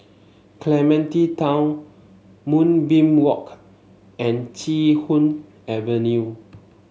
Clementi Town Moonbeam Walk and Chee Hoon Avenue